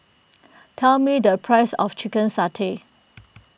tell me the price of Chicken Satay